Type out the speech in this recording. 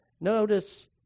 Notice